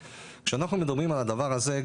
שאנחנו מדברים על הדבר הזה,